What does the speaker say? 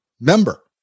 member